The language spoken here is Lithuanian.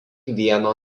vieno